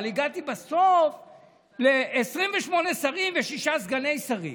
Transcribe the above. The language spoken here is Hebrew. אבל הגעתי בסוף ל-28 שרים ושישה סגני שרים.